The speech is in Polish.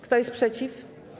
Kto jest przeciw?